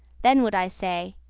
then would i say,